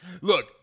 look